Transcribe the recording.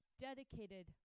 dedicated